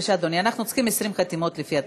אנחנו צריכים 20 חתימות לפי התקנון.